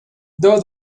though